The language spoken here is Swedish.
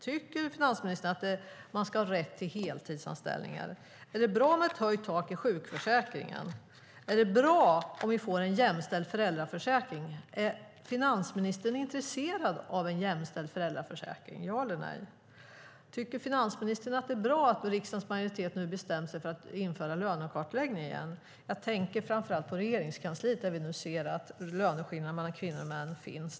Tycker finansministern att man ska ha rätt till heltidsanställningar? Är det bra med höjt tak i sjukförsäkringen? Är det bra om vi får en jämställd föräldraförsäkring? Är finansministern intresserad av en jämställd föräldraförsäkring? Ja eller nej! Tycker finansminister att det är bra att riksdagens majoritet nu har bestämt sig för att införa lönekartläggning igen? Jag tänker framför allt på Regeringskansliet, där vi nu ser att det finns löneskillnader mellan kvinnor och män.